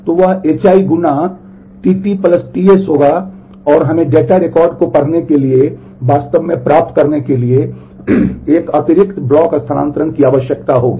तो वह h i गुना tT tS होगा और हमें डेटा को रिकॉर्ड पढ़ने के लिए वास्तव में प्राप्त करने के लिए एक अतिरिक्त ब्लॉक हस्तांतरण की आवश्यकता होगी